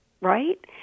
right